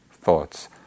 thoughts